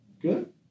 Good